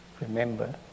remember